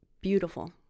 beautiful